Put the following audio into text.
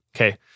Okay